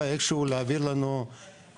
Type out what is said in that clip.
בדרך מסוימת ולהעביר לנו אינפורמציה,